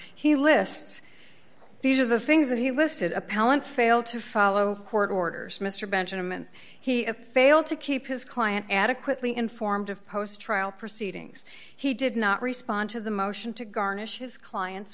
he lists these are the things that he listed appellant failed to follow court orders mr benjamin he failed to keep his client adequately informed of post trial proceedings he did not respond to the motion to garnish his client's